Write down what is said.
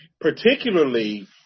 particularly